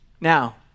Now